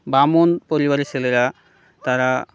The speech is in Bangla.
ব্রাহ্মণ পরিবারের ছেলেরা তারা